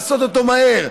לעשות אותו מהר,